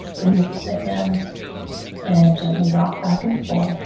need the hand and gently rock back and forth.